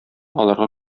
аларга